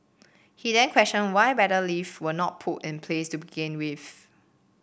he then questioned why better lift were not put in place to begin with